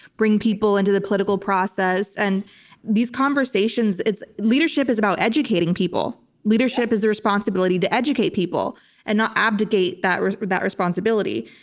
bring people into the political process. and these conversations, leadership is about educating people. leadership is the responsibility to educate people and not abdicate that that responsibility.